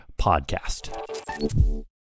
podcast